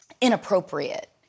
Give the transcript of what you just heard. inappropriate